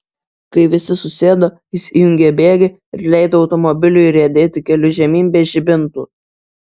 kai visi susėdo jis įjungė bėgį ir leido automobiliui riedėti keliu žemyn be žibintų